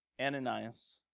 Ananias